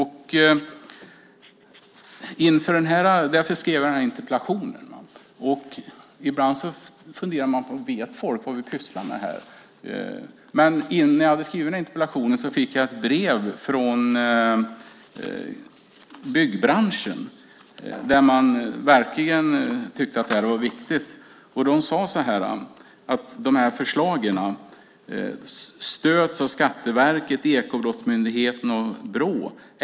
Därför skrev jag den här interpellationen. Ibland funderar man över om folk vet vad vi pysslar med här. Men när jag hade skrivit den här interpellationen fick jag ett brev från byggbranschen där man verkligen tyckte att det här var viktigt. Man sade så här: Förslagen stöds av Skatteverket, Ekobrottsmyndigheten och Brå.